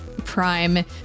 prime